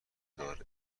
دار